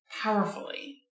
powerfully